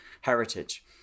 heritage